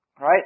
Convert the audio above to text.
right